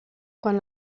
quan